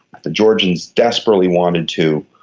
the georgians desperately wanted to,